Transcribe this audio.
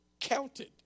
counted